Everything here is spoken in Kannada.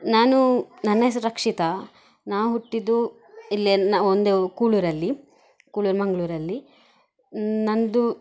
ನಾನು ನನ್ನ ಹೆಸರು ರಕ್ಷಿತಾ ನಾ ಹುಟ್ಟಿದ್ದು ಇಲ್ಲಿ ನ ಒಂದು ಕೂಳೂರಲ್ಲಿ ಕೂಳೂರು ಮಂಗಳೂರಲ್ಲಿ ನನ್ನದು